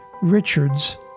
Richard's